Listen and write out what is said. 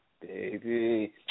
baby